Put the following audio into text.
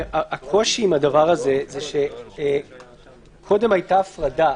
הקושי עם הדבר הזה הוא שקודם הייתה הפרדה,